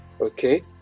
okay